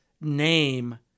name